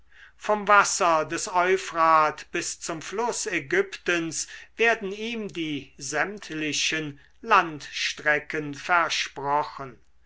vom wasser des euphrat bis zum fluß ägyptens werden ihm die sämtlichen landstrecken versprochen